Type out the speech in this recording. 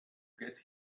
get